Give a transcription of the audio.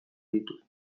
ditut